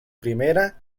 primera